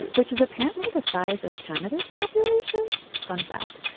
which is apparently the size of canada's population. fun fact,